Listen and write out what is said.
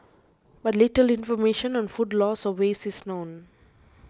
but little information on food loss or waste is known